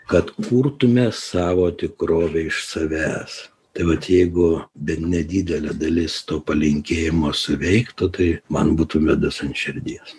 kad kurtume savo tikrovę iš savęs tai vat jeigu bent nedidelė dalis to palinkėjimo suveiktų tai man būtų medus ant širdies